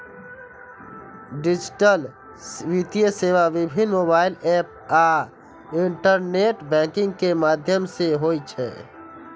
digital वित्तीय सेवा विभिन्न मोबाइल एप आ इंटरनेट बैंकिंग के माध्यम सं होइ छै